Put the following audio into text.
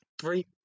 Three